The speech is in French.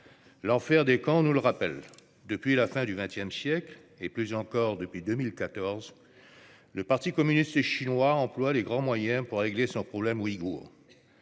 L'enfer des camps nous le rappelle. Depuis la fin du XX siècle, et plus encore depuis 2014, le parti communiste chinois emploie les grands moyens pour régler son problème ouïghour.